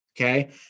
okay